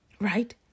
Right